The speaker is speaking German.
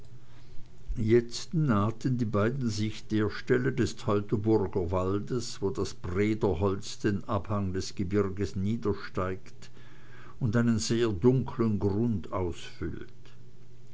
jetzt nahten die beiden sich der stelle des teutoburger waldes wo das brederholz den abhang des gebirges niedersteigt und einen sehr dunkeln grund ausfüllt